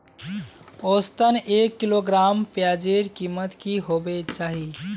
औसतन एक किलोग्राम प्याजेर कीमत की होबे चही?